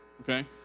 Okay